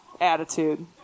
attitude